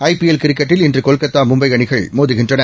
IPL கிரிக்கெட்டில் இன்று கொல்கத்தா மும்பை அணிகள் மோதுகின்றன